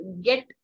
get